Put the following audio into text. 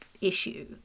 issue